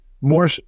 more